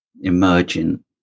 emergent